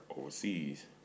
overseas